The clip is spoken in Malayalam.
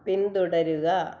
പിന്തുടരുക